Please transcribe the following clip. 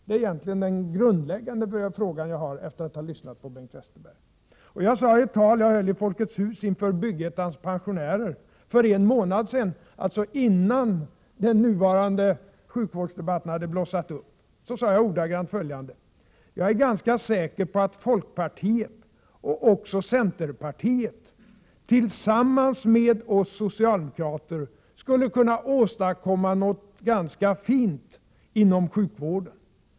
Det är den grundläggande frågan jag har efter att ha lyssnat till Bengt Westerberg. Jag sade ett tal som jag höll i Folkets Hus inför Byggettans pensionärer för en månad sedan, alltså innan den nuvarande sjukvårdsdebatten blossade upp: ”Jag är ganska säker på att folkpartiet — och också centerpartiet — tillsammans med oss socialdemokrater skulle kunna åstadkomma något fint inom sjukvården.